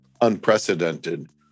unprecedented